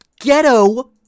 ghetto